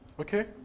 Okay